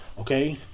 okay